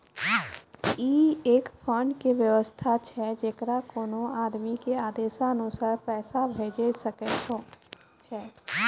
ई एक फंड के वयवस्था छै जैकरा कोनो आदमी के आदेशानुसार पैसा भेजै सकै छौ छै?